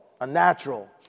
unnatural